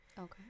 okay